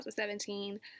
2017